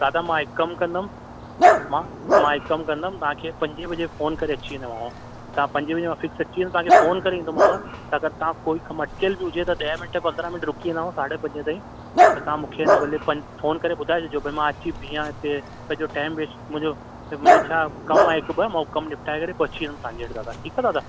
दादा मां हिकु कमु कंदुमि मां मां हिकु कमु कंदुमि तव्हांखे पंजे बजे फ़ोन करे अची वेंदोमांव तव्हां पंजे बजे मां फिक्स अची वेंदुमि तव्हांखे फोन करे ईंदोमांव अगरि तव्हां कोई कमु अटकियल बि हुजे त ॾहें मिंट में पंद्रहां मिंट रुकी वेंदोमांव साढे पंजे ताईं त तव्हां मूंखे आहिनि भले पं फोन करे ॿुधाए छॾिजो भाई मां अची बीहा हिते सॼो टाइम वेस्ट मुंहिंजो त मुंहिंजी छा कमु आहे हिकु ॿ मां कमु निपटाए करे पहुची वेंदुमि तव्हांजे वटि दादा ठीकु आहे दादा